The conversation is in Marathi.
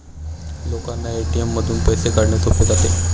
लोकांना ए.टी.एम मधून पैसे काढणे सोपे जाते